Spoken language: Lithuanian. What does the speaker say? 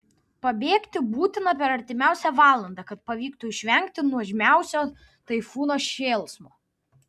pabėgti būtina per artimiausią valandą kad pavyktų išvengti nuožmiausio taifūno šėlsmo